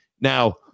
now